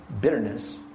bitterness